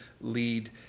lead